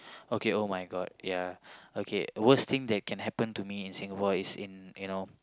okay [oh]-my-god ya okay worst thing that can happen to me in Singapore is in you know